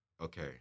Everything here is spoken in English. okay